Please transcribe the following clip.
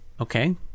Okay